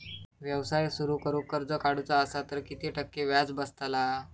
व्यवसाय सुरु करूक कर्ज काढूचा असा तर किती टक्के व्याज बसतला?